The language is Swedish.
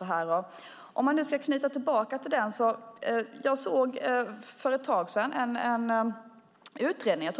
Jag vill återknyta till det. Jag såg för ett tag sedan en utredning